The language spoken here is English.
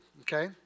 okay